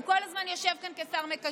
הוא כל הזמן יושב כאן כשר מקשר,